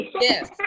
Yes